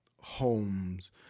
homes